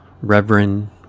reverend